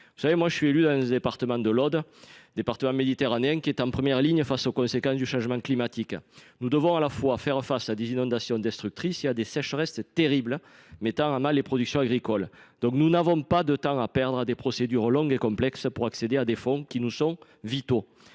Je suis élu dans l’Aude, département méditerranéen en première ligne face aux conséquences du changement climatique. Nous sommes confrontés à la fois à des inondations destructrices et à des sécheresses terribles, qui mettent à mal les productions agricoles. Nous n’avons pas de temps à perdre dans des procédures longues et complexes pour accéder à ces fonds pour nous vitaux